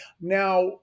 now